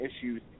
issues